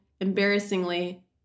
embarrassingly